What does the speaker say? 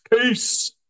peace